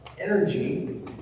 energy